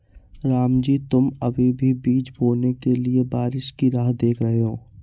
रामजी तुम अभी भी बीज बोने के लिए बारिश की राह देख रहे हो?